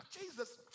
Jesus